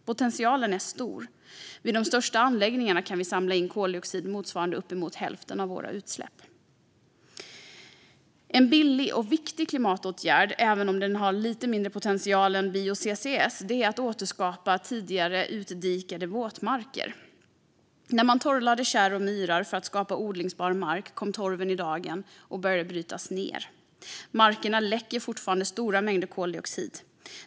Potentialen är stor - vid de största anläggningarna kan vi samla in koldioxid motsvarande uppemot hälften av våra utsläpp. En billig och viktig klimatåtgärd, även om den har lite mindre potential än bio-CCS, är att återskapa tidigare utdikade våtmarker. När man torrlade kärr och myrar för att skapa odlingsbar mark kom torven i dagen och började brytas ner. Markerna läcker fortfarande stora mängder koldioxid.